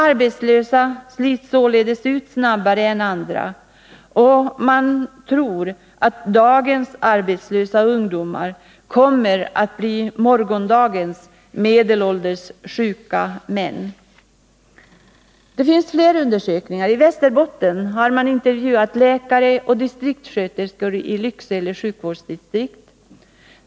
Arbetslösa slits således ut snabbare än andra, och man tror att dagens arbetslösa ungdomar kommer att bli morgondagens medelålders sjuka män. Det finns fler undersökningar. I Västerbotten har man intervjuat läkare och distriktssköterskor i Lycksele sjukvårdsdistrikt.